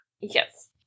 Yes